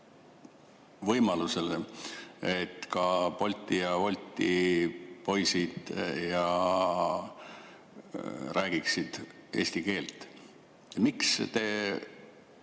võimalusele, et ka Bolti ja Wolti poisid räägiksid eesti keelt,